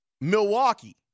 Milwaukee